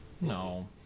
no